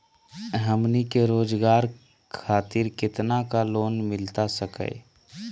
हमनी के रोगजागर खातिर कितना का लोन मिलता सके?